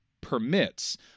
permits